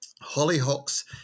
Hollyhocks